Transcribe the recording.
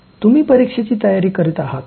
तुम्ही परीक्षेची तयारी करीत आहात का